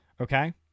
okay